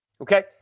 okay